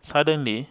suddenly